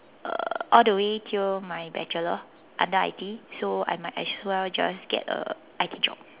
uh all the way till my bachelor under I_T so I might as well just get a I_T job